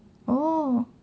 oh